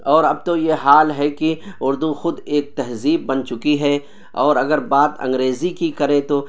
اور اب تو یہ حال ہے کہ اردو خود ایک تہذیب بن چکی ہے اور اگر بات انگریزی کی کریں تو